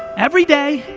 everyday,